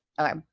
okay